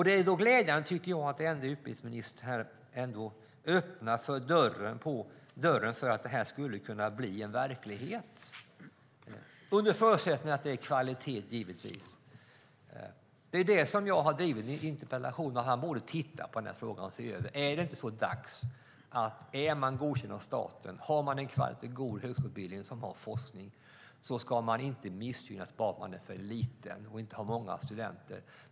Det är ändå glädjande att utbildningsministern öppnar för att detta skulle kunna bli verklighet, givetvis under förutsättning att det är kvalitet. I min interpellation har jag drivit att han borde titta på den här frågan och se över om det inte är dags. Är man godkänd av staten och har en god högskoleutbildning som har forskning ska man inte missgynnas bara för att man är liten och inte har många studenter.